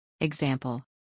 Example